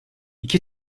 i̇ki